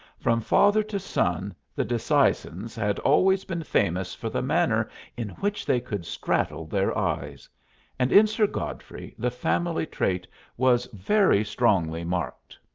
from father to son, the disseisins had always been famous for the manner in which they could straddle their eyes and in sir godfrey the family trait was very strongly marked.